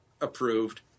approved